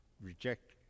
reject